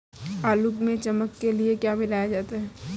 आलू में चमक के लिए क्या मिलाया जाता है?